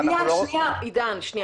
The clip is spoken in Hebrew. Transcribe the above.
עידן, שנייה.